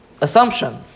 assumption